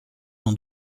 ont